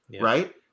right